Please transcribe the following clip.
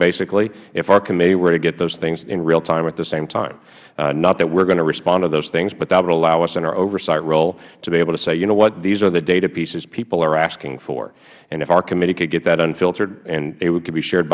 basically if our committee were to get those things in real time at the same time not that we are going to respond to those things but hat would allow us in our oversight role to be able to say you know what these are the data pieces people are asking for and if our committee could get that unfiltered and it could be shared